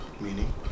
Meaning